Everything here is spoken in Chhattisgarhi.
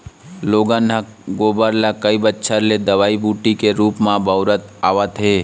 लोगन ह गोबर ल कई बच्छर ले दवई बूटी के रुप म बउरत आवत हे